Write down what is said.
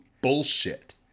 bullshit